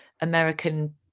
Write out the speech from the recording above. American